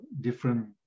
different